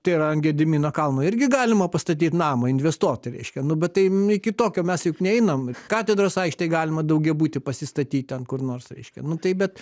tai yra ant gedimino kalno irgi galima pastatyt namą investuoti reiškia nu bet tai iki tokio mes juk neinam katedros aikštėj galima daugiabutį pasistatyt ten kur nors reiškia nu tai bet